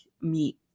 meat